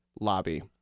lobby